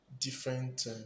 Different